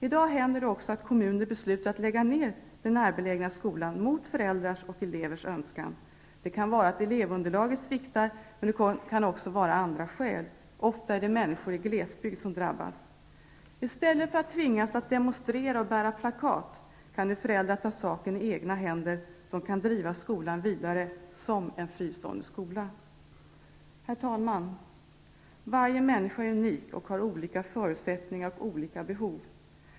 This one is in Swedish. I dag händer det också att kommuner mot föräldrars och elevers önskan beslutar att lägga ned den närbelägna skolan. Det kan vara så att elevunderlaget sviktar, men det kan också vara andra skäl som ligger bakom. Ofta är det människor i glesbygd som drabbas. I stället för att tvingas demonstrera och bära plakat kan nu föräldrar ta saken i egna händer; de kan driva skolan vidare som en fristående skola. Herr talman! Varje människa är unik och har individuella förutsättningar och behov.